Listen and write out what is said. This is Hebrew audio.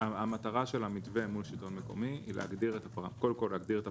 המטרה של המתווה מול השלטון המקומי היא להגדיר את הפרמטרים